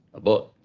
a book.